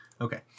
Okay